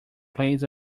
plays